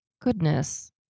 Goodness